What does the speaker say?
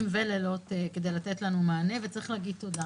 ולילות כדי לתת לנו מענה וצריך להגיד תודה.